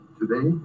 today